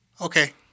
okay